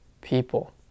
people